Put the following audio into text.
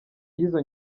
y’izo